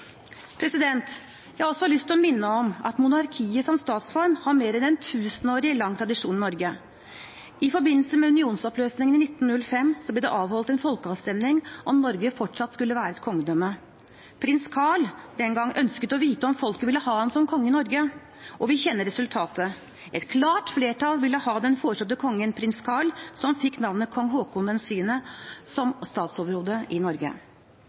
Jeg har også lyst til å minne om at monarkiet som statsform har mer enn en tusenårig lang tradisjon i Norge. I forbindelse med unionsoppløsningen i 1905 ble det avholdt en folkeavstemning om Norge fortsatt skulle være kongedømme. Prins Carl – den gang – ønsket å vite om folket ville ha ham som konge i Norge, og vi kjenner resultatet. Et klart flertall ville ha den foreslåtte kongen, prins Carl, som fikk navnet kong Haakon VII, som statsoverhode i Norge.